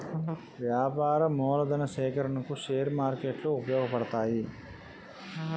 వ్యాపార మూలధన సేకరణకు షేర్ మార్కెట్లు ఉపయోగపడతాయి